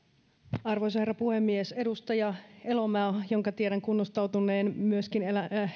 arvoisa herra puhemies edustaja elomaa jonka tiedän kunnostautuneen myöskin